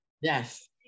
yes